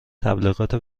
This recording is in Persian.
تبلیغات